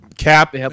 Cap